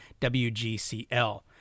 WGCL